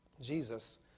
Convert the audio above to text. Jesus